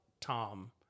Tom